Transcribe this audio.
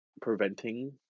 preventing